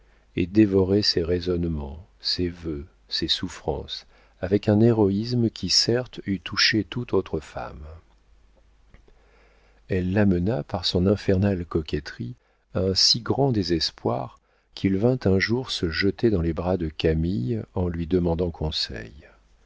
et dévorait ses raisonnements ses vœux ses souffrances avec un héroïsme qui certes eût touché toute autre femme elle l'amena par son infernale coquetterie à un si grand désespoir qu'il vint un jour se jeter dans les bras de camille en lui demandant conseil